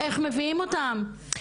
איך מביאים אותם,